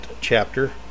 chapter